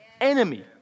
enemy